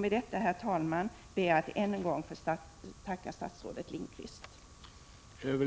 Med detta, herr talman, ber jag än en gång få tacka statsrådet Lindqvist för